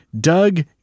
Doug